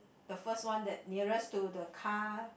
the first one that nearest to the car